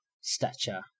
stature